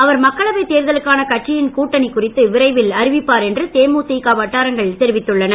அவர் மக்களவைத் தேர்தலுக்கான கட்சியின் கூட்டணி குறித்து விரைவில் அறிவிப்பார் என்று தேமுதிக வட்டாரங்கள் தெரிவித்துள்ளன